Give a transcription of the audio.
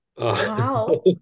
Wow